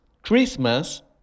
Christmas